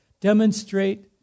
demonstrate